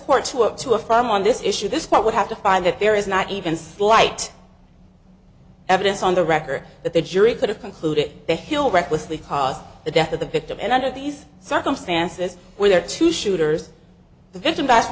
court to up to a firm on this issue this would have to find that there is not even slight evidence on the record that the jury could have concluded the hill recklessly caused the death of the victim and under these circumstances where two shooters the victim back